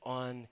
on